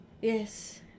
Yes